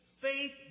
Faith